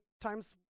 times